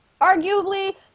arguably